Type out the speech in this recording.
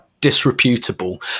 disreputable